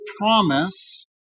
promise